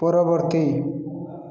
ପରବର୍ତ୍ତୀ